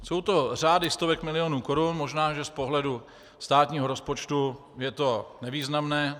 Jsou to řády stovek milionů korun, možná že z pohledu státního rozpočtu je to nevýznamné.